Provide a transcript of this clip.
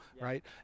right